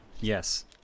yes